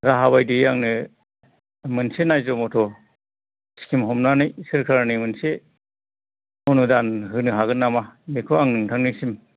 राहा बायदियै आंनो मोनसे नायज'मथ' स्किम हमनानै सोरकारनि मोनसे अनुदान होनो हागोन नामा बेखौ आं नोंथांनिसिम